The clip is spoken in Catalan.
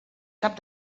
cap